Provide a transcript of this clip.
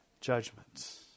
Judgments